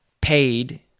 paid